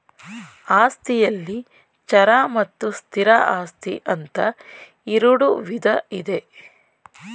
ಆಸ್ತಿಯಲ್ಲಿ ಚರ ಮತ್ತು ಸ್ಥಿರ ಆಸ್ತಿ ಅಂತ ಇರುಡು ವಿಧ ಇದೆ